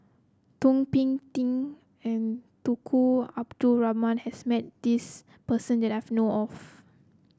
Thum Ping Tjin and Tunku Abdul Rahman has met this person that I've know of